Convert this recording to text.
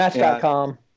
Match.com